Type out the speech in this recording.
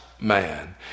man